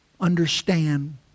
understand